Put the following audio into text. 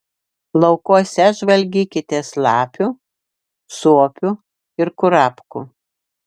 laukuose žvalgykitės lapių suopių ir kurapkų